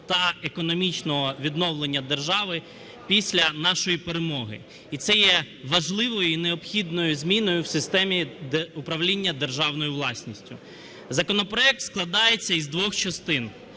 та економічного відновлення держави після нашої перемоги. І це є важливою і необхідною зміною в системі управління державною власністю. Законопроект складається із двох частин.